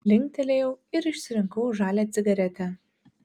linktelėjau ir išsirinkau žalią cigaretę